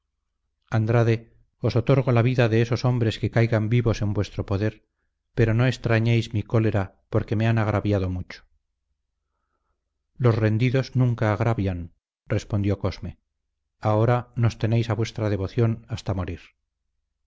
os otorgo la vida de esos hombres que caigan vivos en vuestro poder pero no extrañéis mi cólera porque me han agraviado mucho los rendidos nunca agravian respondió cosme ahora nos tenéis a vuestra devoción hasta morir